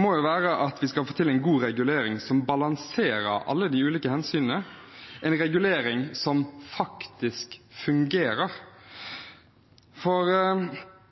må jo være at vi får til en god regulering som balanserer alle de ulike hensynene, en regulering som faktisk fungerer. Jeg har forståelse for